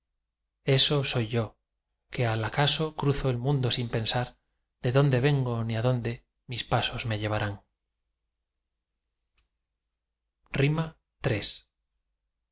eso soy yo que al acaso cruzo el mundo sin pensar de dónde vengo ni adónde mis pasos me llevarán iii sacudimiento